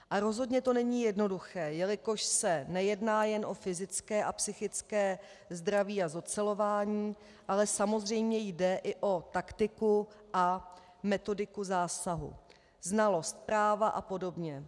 A rozhodně to není jednoduché, jelikož se nejedná jen o fyzické a psychické zdraví a zocelování, ale samozřejmě jde i o taktiku a metodiku zásahu, znalost práva a podobě.